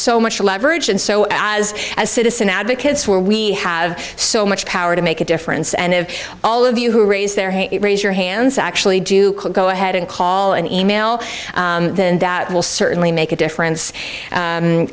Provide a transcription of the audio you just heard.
so much leverage and so as a citizen advocates where we have so much power to make a difference and if all of you who raise their hate raise your hands actually do go ahead and call and email that will certainly make a difference